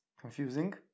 Confusing